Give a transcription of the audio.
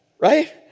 right